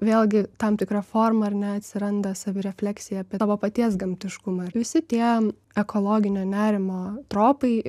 vėlgi tam tikra forma ar ne atsiranda savirefleksija apie tavo paties gamtiškumą ir visi tie ekologinio nerimo tropai